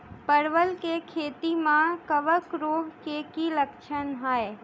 परवल केँ खेती मे कवक रोग केँ की लक्षण हाय?